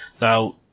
Now